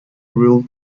ruled